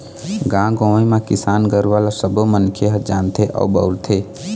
गाँव गंवई म किसान गुरूवा ल सबो मनखे ह जानथे अउ बउरथे